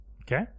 Okay